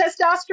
testosterone